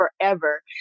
forever